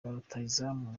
rutahizamu